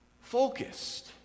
Focused